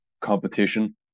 competition